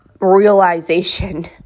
realization